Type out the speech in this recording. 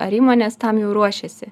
ar įmonės tam jau ruošiasi